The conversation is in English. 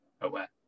aware